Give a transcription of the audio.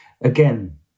again